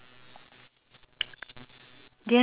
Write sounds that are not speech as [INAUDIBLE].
oh dulu at [LAUGHS] at my